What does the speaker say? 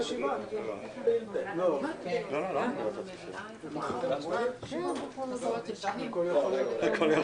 20:45.